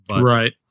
Right